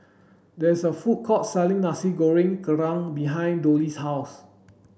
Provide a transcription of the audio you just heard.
there is a food court selling Nasi Goreng Kerang behind Dollie's house